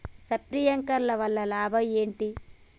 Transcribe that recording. Sprinkler వల్ల లాభం ఏంటి?